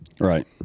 Right